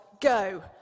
go